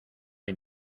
hay